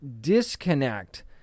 disconnect